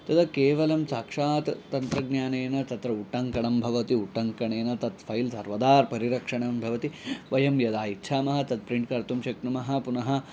तदा केवलं साक्षात् तन्त्रज्ञानेन तत्र उट्टङ्कणं भवति उट्टङ्कणेन तत् फैल्स् सर्वदा परिरक्षणं भवति वयं यदा इच्छामः तद् प्रिन्ट् कर्तुं शक्नुमः पुनः